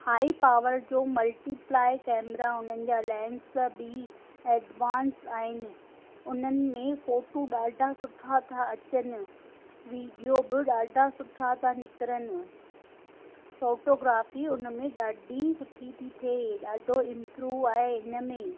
high power जो multiply camera उन्हनि जा लैंस बि एडवांस आहिनि उन्हनि में फ़ोटू ॾाढा सुठा था अचनि वीडियो बि ॾाढा सुठा था निकरनि फ़ोटोग्राफी उन में ॾाढी सुठी थी थिए ॾाढो इंप्रूव आहे इन में